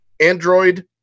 Android